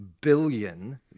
billion